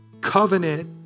covenant